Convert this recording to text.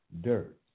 dirt